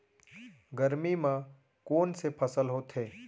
गरमी मा कोन से फसल होथे?